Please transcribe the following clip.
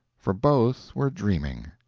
for both were dreaming.